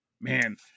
man